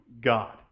God